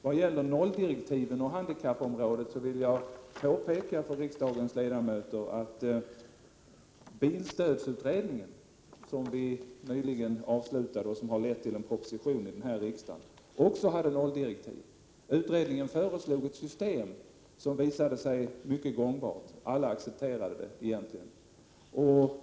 Vad gäller nolldirektiven och handikappområdet vill jag påpeka för riksdagens ledamöter att bilstödsutredningen, som nyligen avslutat sitt arbete, vilket lett till en proposition till riksdagen, också hade nolldirektiv. Utredningen föreslog ett system som visade sig mycket gångbart. Alla accepterade det egentligen.